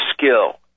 skill